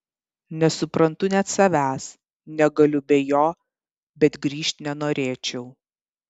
nesuprantu net savęs negaliu be jo bet grįžt nenorėčiau